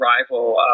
rival